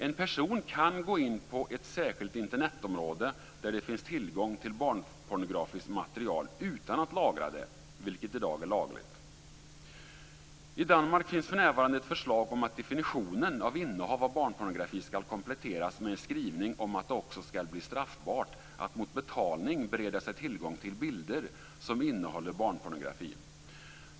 En person kan gå in på ett särskilt Internetområde där det finns tillgång till barnpornografiskt material utan att lagra det, vilket i dag är lagligt. I Danmark finns för närvarande ett förslag om att definitionen av innehav av barnpornografi ska kompletteras med en skrivning om att det också ska bli straffbart att mot betalning bereda sig tillgång till bilder som innehåller barnpornografi.